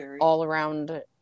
all-around